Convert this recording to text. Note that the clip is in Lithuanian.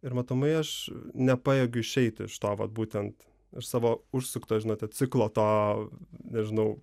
ir matomai aš nepajėgiu išeiti iš to vat būtent iš savo užsukto žinote ciklo to nežinau